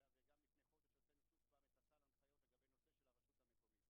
וגם בישיבות בראשות מר